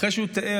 אחרי שהוא תיאר